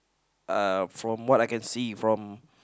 uh from what I can see from